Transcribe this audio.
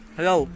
Hello